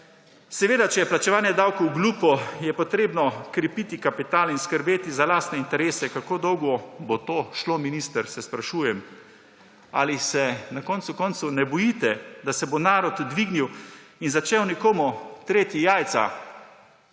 Seveda, če je plačevanje davkov glupo, je potrebno krepiti kapital in skrbeti za lastne interese. Kako dolgo bo to šlo, minister, se sprašujem. Ali se na koncu koncev ne bojite, da se bo narod dvignil in bo začel nekomu treti jajca?